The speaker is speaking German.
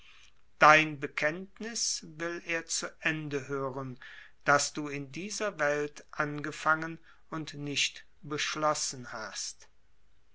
dein bekenntnis will er zu ende hören das du in dieser welt angefangen und nicht beschlossen hast